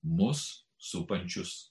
mus supančius